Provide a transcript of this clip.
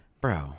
Bro